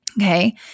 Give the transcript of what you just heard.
Okay